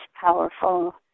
powerful